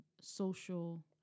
social